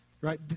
right